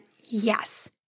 yes